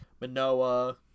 Manoa